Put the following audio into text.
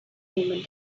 movement